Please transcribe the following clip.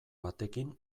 batekin